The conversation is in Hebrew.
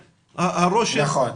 נכון.